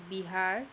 Bihar